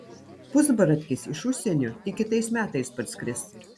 pusbratkis iš užsienio tik kitais metais parskris